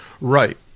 Right